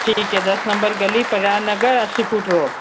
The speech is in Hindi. ठीक है दस नंबर गली परिहार नगर अस्सी फुट रोड